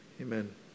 amen